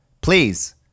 Please